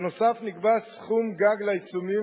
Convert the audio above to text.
נוסף על כך נקבע סכום גג לעיצומים,